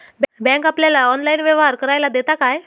Bank आपल्याला online व्यवहार करायला देता काय?